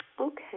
Okay